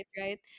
right